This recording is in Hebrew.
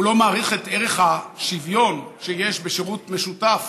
הוא לא מעריך את ערך השוויון שיש בשירות משותף